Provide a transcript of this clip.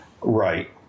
right